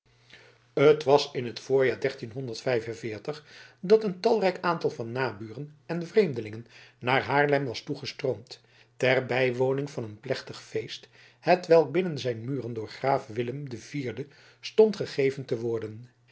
het was in het voorjaar dat een talrijk aantal van naburen en vreemdelingen naar haarlem was toegestroomd ter bijwoning van een plechtig feest hetwelk binnen zijn muren door graaf willem den vierden stond gegeven te worden